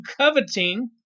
coveting